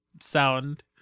sound